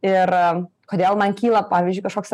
ir kodėl man kyla pavyzdžiui kažkoks